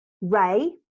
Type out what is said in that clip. ray